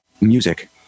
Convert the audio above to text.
Music